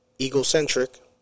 Egocentric